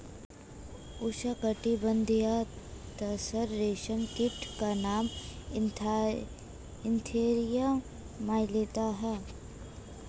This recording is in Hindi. उष्णकटिबंधीय तसर रेशम कीट का नाम एन्थीरिया माइलिट्टा है